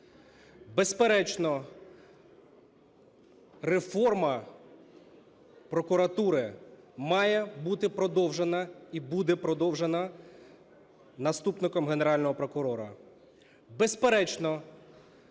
Безперечно, реформа прокуратури має бути продовжена і буде продовжена наступником Генерального прокурора.